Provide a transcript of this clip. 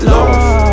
Lost